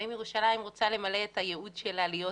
האם ירושלים רוצה למלא את הייעוד שלה להיות